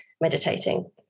meditating